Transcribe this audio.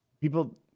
people